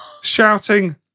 shouting